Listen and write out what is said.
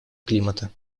климата